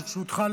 ברשותך,